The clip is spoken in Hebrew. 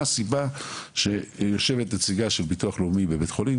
מה הסיבה שיושבת נציגה של ביטוח לאומי בבית חולים,